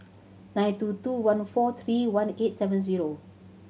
nine two two one four three one eight seven zero